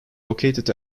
located